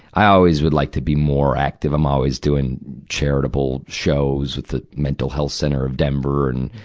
i always would like to be more active. i'm always doing charitable shows with the mental health center of denver. and,